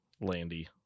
Landy